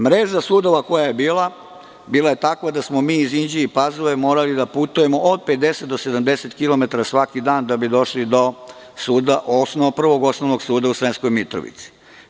Mreža sudova koja je bila, bila je takva da smo mi iz Inđije i Pazove morali da putujemo od 50 do 70 kilometara svaki dan da bi došli do suda, odnosno Prvog osnovnog suda u Sremskoj Mitrovici.